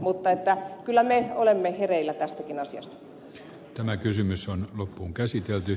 mutta kyllä me olemme hereillä tästäkin asiasta